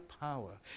power